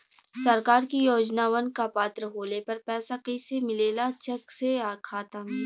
सरकार के योजनावन क पात्र होले पर पैसा कइसे मिले ला चेक से या खाता मे?